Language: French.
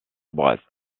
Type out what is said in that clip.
brest